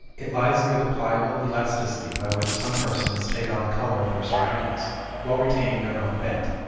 it lies near the pliable elasticity by which some persons take on the color of their surroundings while retaining their own bent.